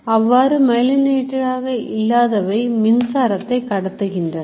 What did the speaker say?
அவ்வாறு Myelinated ஆக இல்லாதவை மின்சாரத்தை கடத்துகின்றன